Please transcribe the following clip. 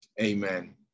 amen